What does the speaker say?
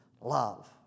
Love